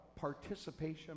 participation